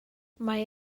mae